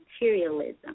materialism